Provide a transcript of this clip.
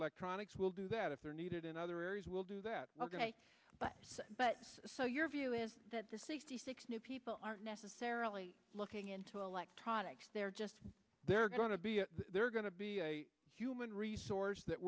electronics we'll do that if they're needed in other areas we'll do that ok but but so your view is that the sixty six new people aren't necessarily looking into electronics they're just they're going to be they're going to be a human resource that